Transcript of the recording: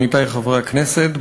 עמיתי חברי הכנסת,